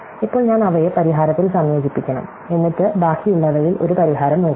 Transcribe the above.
ഇപ്പോൾ ഞാൻ അവയെ പരിഹാരത്തിൽ സംയോജിപ്പിക്കണം എന്നിട്ട് ബാക്കിയുള്ളവയിൽ ഒരു പരിഹാരം നോക്കുക